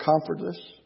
comfortless